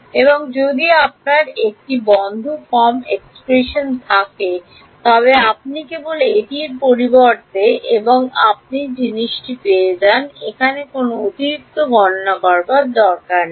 এবং যদি আপনার একটি বন্ধ ফর্ম এক্সপ্রেশন থাকে তবে আপনি কেবল এটির পরিবর্তে এবং আপনি জিনিসটি পেয়ে যান এখানে কোনও অতিরিক্ত গণনার দরকার নেই